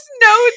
no